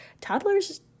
toddlers